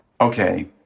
okay